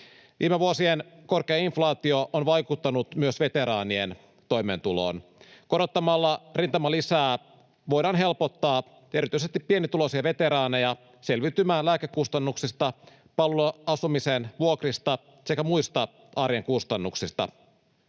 Viime vuosien korkea inflaatio on vaikuttanut myös veteraanien toimeentuloon. Korottamalla rintamalisää voidaan helpottaa erityisesti pienituloisia veteraaneja selviytymään lääkekustannuksista, palveluasumisen vuokrista sekä muista arjen kustannuksista.